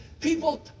people